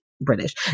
British